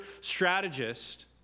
strategist